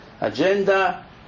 agenda